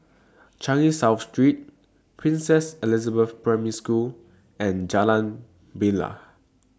Changi South Street Princess Elizabeth Primary School and Jalan Bilal